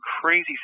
crazy